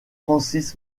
francis